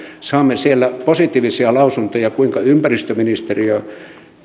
saamme siellä positiivisia lausuntoja kuinka ympäristöministeriö